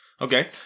Okay